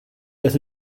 death